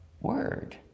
word